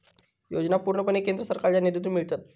योजना पूर्णपणे केंद्र सरकारच्यो निधीतून मिळतत